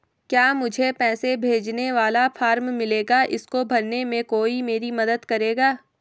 क्या मुझे पैसे भेजने वाला फॉर्म मिलेगा इसको भरने में कोई मेरी मदद करेगा?